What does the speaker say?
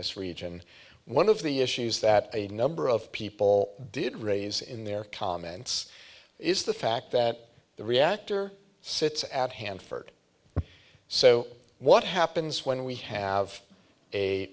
this region one of the issues that a number of people did raise in their comments is the fact that the reactor sits at hanford so what happens when we have a